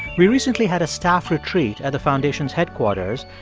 we recently had a staff retreat at the foundation's headquarters,